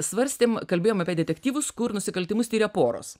svarstėm kalbėjom apie detektyvus kur nusikaltimus tiria poros